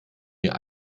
mir